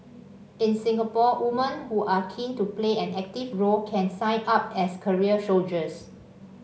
in Singapore woman who are keen to play an active role can sign up as career soldiers